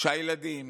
שהילדים